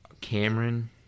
cameron